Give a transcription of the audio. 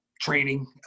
training